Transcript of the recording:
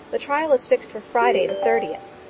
the trial is fixed for friday the thirtieth.